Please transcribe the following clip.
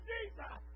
Jesus